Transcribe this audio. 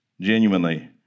genuinely